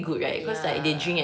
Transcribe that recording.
ya